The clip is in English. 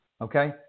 Okay